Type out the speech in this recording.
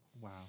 Wow